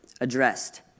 addressed